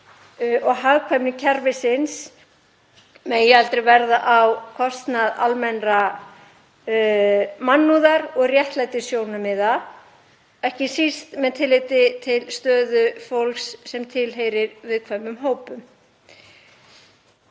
og hagkvæmni kerfisins megi aldrei verða á kostnað almennrar mannúðar og réttlætissjónarmiða, ekki síst með tilliti til stöðu fólks sem tilheyrir viðkvæmum hópum.